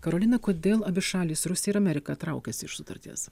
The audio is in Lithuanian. karolina kodėl abi šalys rusija ir amerika traukiasi iš sutarties